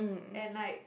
and like